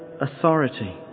authority